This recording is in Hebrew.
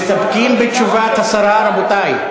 מסתפקים בתשובת השרה, רבותי?